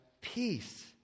peace